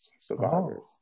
survivors